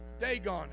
Dagon